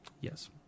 Yes